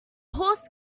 horse